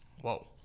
Whoa